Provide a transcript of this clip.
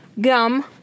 Gum